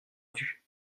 vue